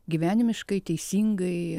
gyvenimiškai teisingai